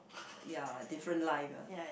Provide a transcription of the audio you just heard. ya different life ya